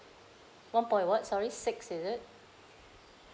one point what sorry six is it